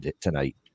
tonight